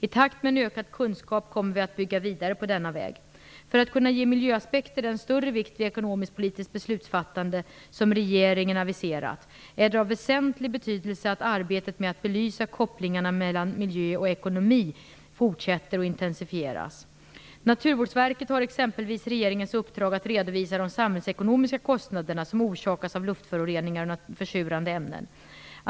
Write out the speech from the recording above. I takt med en ökad kunskap kommer vi att bygga vidare på denna väg. För att kunna ge miljöaspekter den större vikt vid ekonomisk-politiskt beslutsfattande som regeringen aviserat, är det av väsentlig betydelse att arbetet med att belysa kopplingarna mellan miljö och ekonomi fortsätter och intensifieras. Naturvårdsverket har exempelvis regeringens uppdrag att redovisa de samhällsekonomiska kostnaderna som orsakas av luftföroreningar och försurande ämnen.